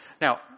Now